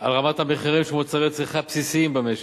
על רמת המחירים של מוצרי צריכה בסיסיים במשק,